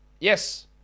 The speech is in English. Yes